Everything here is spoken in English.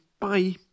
bye